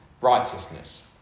righteousness